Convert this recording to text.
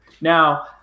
Now